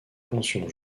pension